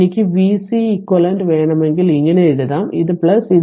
എനിക്ക് vc eq വേണമെങ്കിൽ ഇങ്ങനെ എഴുതാം ഇത് ഇത്